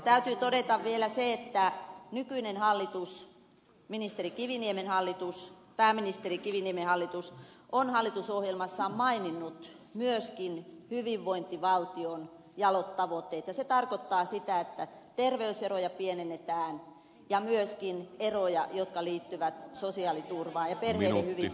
täytyy todeta vielä se että nykyinen hallitus pääministeri kiviniemen hallitus on hallitusohjelmassaan maininnut myöskin hyvinvointivaltion jalot tavoitteet ja se tarkoittaa sitä että terveyseroja pienennetään ja myöskin eroja jotka liittyvät sosiaaliturvaan ja perheiden hyvinvointiin